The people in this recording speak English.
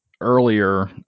earlier